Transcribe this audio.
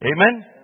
Amen